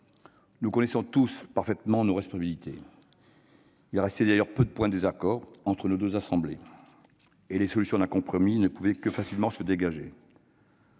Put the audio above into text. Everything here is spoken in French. nous connaissons tous parfaitement nos responsabilités. Il restait d'ailleurs peu de points de désaccord entre nos deux assemblées et des solutions de compromis ne pouvaient que facilement se dégager.